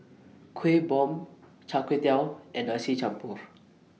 Kuih Bom Char Kway Teow and Nasi Campur